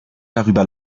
darüber